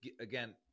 again